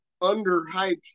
underhyped